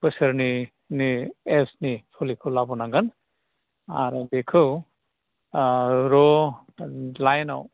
बोसोरनैनि एजनि फुलिखौ लाबोनांगोन आरो बिखौ र' लाइनाव